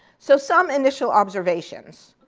so some initial observations.